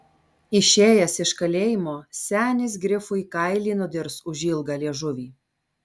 išėjęs iš kalėjimo senis grifui kailį nudirs už ilgą liežuvį